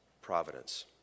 providence